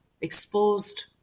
exposed